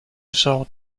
genre